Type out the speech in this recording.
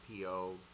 PO